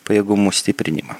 pajėgumų stiprinimą